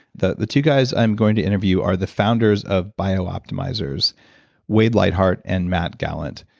the the two guys i'm going to interview are the founders of bioptimizers wade lightheart and matt gallant.